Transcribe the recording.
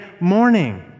morning